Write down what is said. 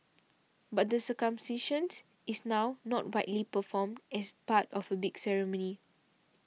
but the circumcisions is now not widely performed as part of a big ceremony